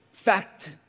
fact